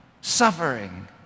suffering